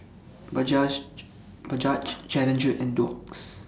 Bajaj Challenger and Doux